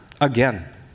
again